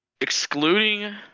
excluding